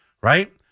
Right